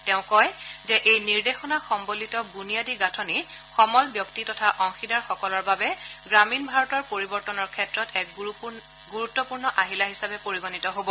তেওঁ কয় যে এই নিৰ্দেশনা সম্বলিত বুনিয়াদী গাঁঠনি সমল ব্যক্তি তথা অংশীদাৰসকলৰ বাবে গ্ৰামীণ ভাৰতৰ পৰিৱৰ্তনৰ ক্ষেত্ৰত এক গুৰুত্পূৰ্ণ আহিলা হিচাবে পৰিগণিত হ'ব